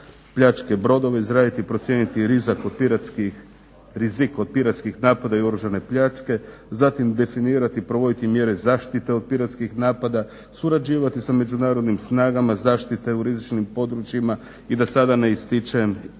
pljačke brodova izraditi i procijeniti rizik od piratskih napada i oružane pljačke, zatim definirati i provoditi mjere zaštite od piratskih napada, surađivati sa međunarodnim snagama, zaštite u rizičnim područjima i da sada ne ističem